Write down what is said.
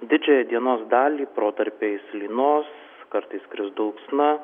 didžiąją dienos dalį protarpiais lynos kartais kris dulksna